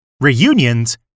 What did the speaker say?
reunions